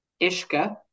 Ishka